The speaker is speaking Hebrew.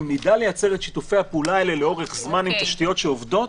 אם נדע לייצר את שיתופי הפעולה האלה לאורך זמן עם תשתיות שעובדות,